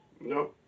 No